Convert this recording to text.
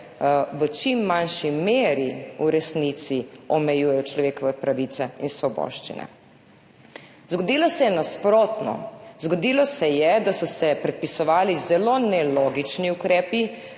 v čim manjši meri v resnici omejujejo človekove pravice in svoboščine. Zgodilo se je nasprotno. Zgodilo se je, da so se predpisovali zelo nelogični ukrepi,